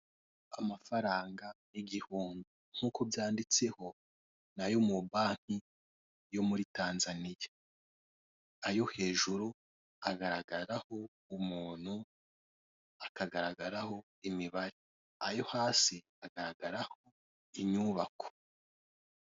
Amafaranga igihumbi nk'uko byanditseho ni ayo mu banki yo muri Tanzaniya ayo hejuru agaragaraho umuntu hakagaragaraho imibare ayo hasi agaragaraho inyubako.